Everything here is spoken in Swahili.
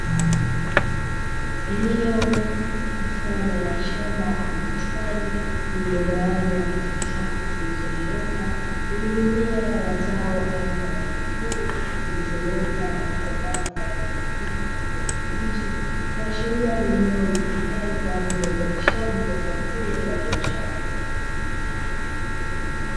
Eneo mfano wa shamba au bustani lililogawanywa katika safu zilizonyooka zenye mimea aina ya zao la pilipili zilizoota na kukomaa kwa rangi nyekundu na kijani kibichi kuashiria ni eneo litumikalo kwa ajili ya uzalishaji wa zao hilo la biashara.